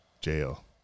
jail